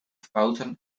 fouten